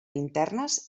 internes